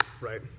right